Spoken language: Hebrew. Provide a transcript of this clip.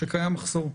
שקיים מחסור.